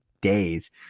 days